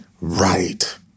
right